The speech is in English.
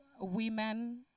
women